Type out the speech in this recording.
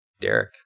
derek